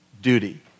duty